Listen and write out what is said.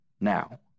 now